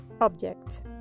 object